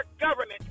government